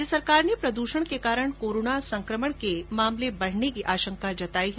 राज्य सरकार ने प्रदूषण के कारण कोरोना संक्रमण के मामले बढ़ने की आशंका जताई है